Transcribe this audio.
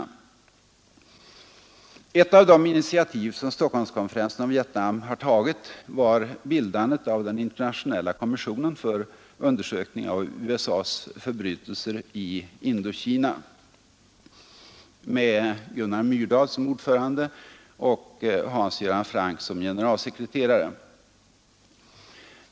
Ett av de initiativ som Stockholmskonferensen om Vietnam har tagit är bildandet av den internationella kommissionen för undersökning av USA:s förbrytelser i Indokina med Gunnar Myrdal som ordförande och Hans Göran Franck som generalsekreterare.